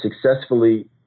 successfully